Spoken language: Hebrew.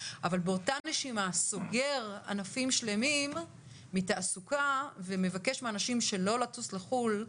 אבל באותה נשימה סוגר ענפים שלמים מתעסוקה ומבקש מאנשים שלא לטוס לחו"ל,